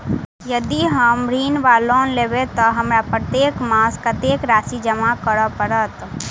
यदि हम ऋण वा लोन लेबै तऽ हमरा प्रत्येक मास कत्तेक राशि जमा करऽ पड़त?